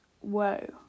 whoa